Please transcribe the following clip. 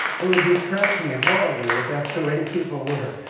it would depress me horribly if that's the way people were.